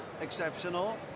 exceptional